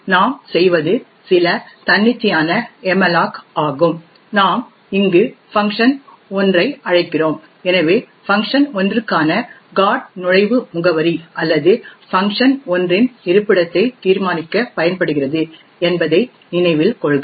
இப்போது நாம் செய்வது சில தன்னிச்சையான மல்லோக் ஆகும் நாம் இங்கு fun1 ஐ அழைக்கிறோம் எனவே fun1 க்கான GOT நுழைவு முகவரி அல்லது fun1 இன் இருப்பிடத்தை தீர்மானிக்க பயன்படுகிறது என்பதை நினைவில் கொள்க